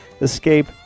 Escape